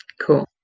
Cool